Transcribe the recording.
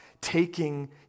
taking